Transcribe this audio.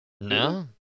No